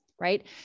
right